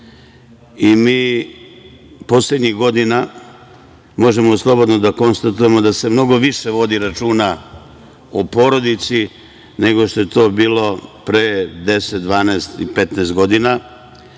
Mi poslednjih godina možemo slobodno da konstatujemo da se mnogo više vodi računa o porodici nego što je to bilo pre 10, 12 i 15 godina.